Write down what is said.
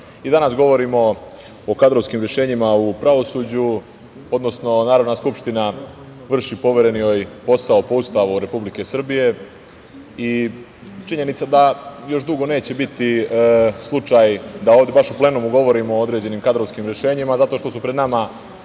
i danas govorimo o kadrovskim rešenjima u pravosuđu, odnosno Narodna skupština vrši poveren joj posao po Ustavu Republike Srbije. Činjenica da još dugo neće biti slučaj da ovde baš u plenumu govorimo o određenim kadrovskim rešenjima, zato što su pred nama